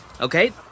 okay